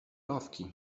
rowki